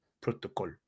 Protocol